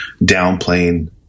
downplaying